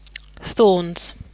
Thorns